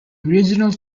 original